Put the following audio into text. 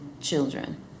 children